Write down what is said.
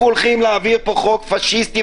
אנחנו הולכים להעביר פה חוק פשיסטי,